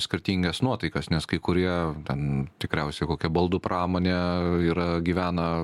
skirtingas nuotaikas nes kai kurie ten tikriausiai kokia baldų pramonė yra gyvena